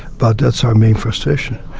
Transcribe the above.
but that's our main frustration.